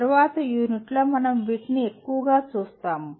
తరువాతి యూనిట్లలో మనం వీటిని ఎక్కువగా చూస్తాము